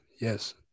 yes